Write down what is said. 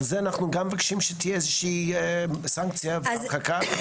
על זה אנחנו גם מבקשים שתהיה איזושהי סנקציה והרחקה?